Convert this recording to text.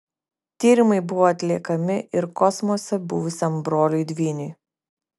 tyrimai buvo atliekami ir kosmose buvusiam broliui dvyniui